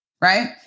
right